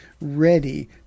ready